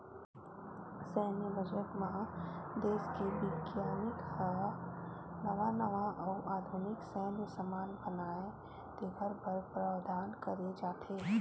सैन्य बजट म देस के बिग्यानिक ह नवा नवा अउ आधुनिक सैन्य समान बनाए तेखर बर प्रावधान करे जाथे